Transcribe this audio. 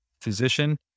physician